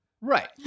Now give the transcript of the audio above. Right